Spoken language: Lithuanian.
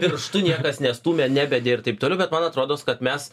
pirštu niekas nestūmė nebedė ir taip toliau bet man atrodos kad mes